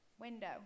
window